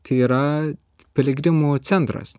tai yra piligrimų centras